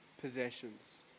possessions